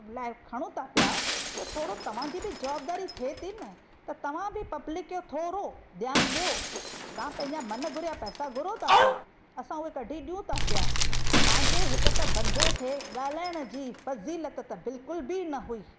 लाइ खणूं था पिया त थोरो तव्हांजी बि जवाबदारी थिए थी न त तव्हां बि पब्लिक खे थोरो ध्यानु ॾियो तव्हां पंहिंजा मनु घुरिया पैसा घुरो था पिया असां उहे कढी ॾियूं त पिया तव्हांजे हिकु त बंदे खे ॻाल्हाइण जी फज़ीलत त बिल्कुलु बि न हुई